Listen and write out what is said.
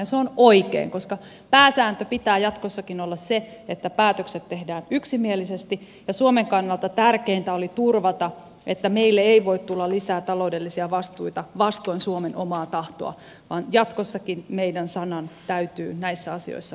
ja se on oikein koska pääsäännön pitää jatkossakin olla se että päätökset tehdään yksimielisesti ja suomen kannalta tärkeintä oli turvata että meille ei voi tulla lisää taloudellisia vastuita vastoin suomen omaa tahtoa vaan jatkossakin meidän sanan täytyy näissä asioissa painaa